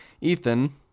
Ethan